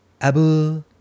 Abu